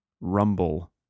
rumble